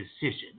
decision